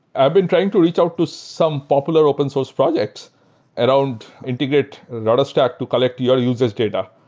i've been trying to reach out to some popular open source projects around integrate rudderstack to collect your users' data,